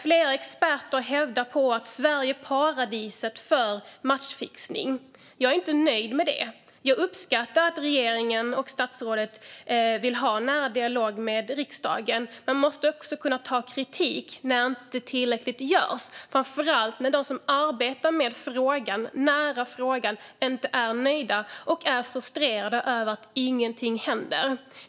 Flera experter hävdar att Sverige är paradiset för matchfixning. Jag är inte nöjd med det. Jag uppskattar att regeringen och statsrådet vill ha en nära dialog med riksdagen, men man måste också kunna ta kritik när inte tillräckligt mycket görs, framför allt när de som arbetar nära frågan inte är nöjda och är frustrerade över att ingenting händer.